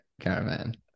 caravan